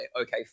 okay